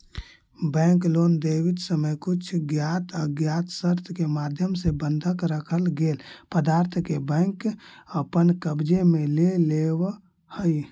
bank loan देवित समय कुछ ज्ञात अज्ञात शर्त के माध्यम से बंधक रखल गेल पदार्थ के बैंक अपन कब्जे में ले लेवऽ हइ